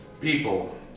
People